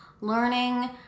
learning